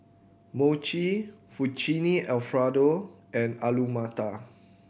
Mochi Fettuccine Alfredo and Alu Matar